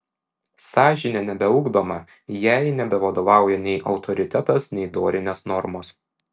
sąžinė nebeugdoma jai nebevadovauja nei autoritetas nei dorinės normos